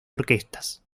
orquestas